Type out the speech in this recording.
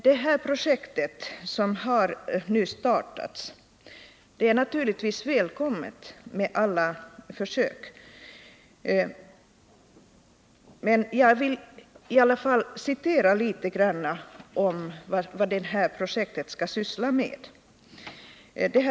Det projekt som nu har startats är naturligtvis välkommet, med alla försök, men jag vill i alla fall citera litet om vad projektet skall syssla med.